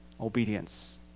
obedience